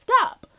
up